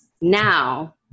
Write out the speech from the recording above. now